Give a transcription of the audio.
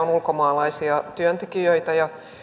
on ulkomaalaisia työntekijöitä ja